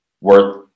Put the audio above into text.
worth